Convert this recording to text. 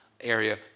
area